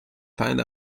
find